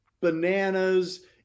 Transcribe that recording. bananas